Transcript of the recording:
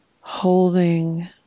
holding